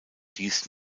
dies